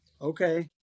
okay